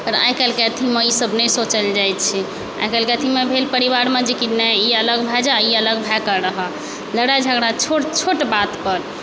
पर आइ काल्हिके अथीमे ई सब नहि सोचल जाइ छै आइ काल्हिके अथीमे भेल कि परिवार कि नहि ई अलग भए जाए ई अलग भए कऽ रहै लड़ाइ झगड़ा छोट छोट बात पर